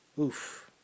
Oof